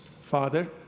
Father